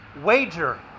wager